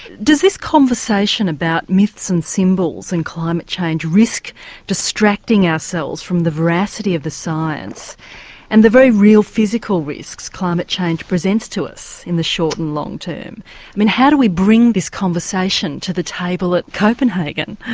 does this conversation about myths and symbols and climate change risk distracting ourselves from the veracity of the science and the very real physical risks climate change presents to us in the short and long term. i mean how do we bring this conversation to the table at copenhagen?